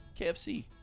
KFC